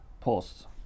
posts